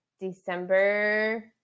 December